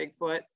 bigfoot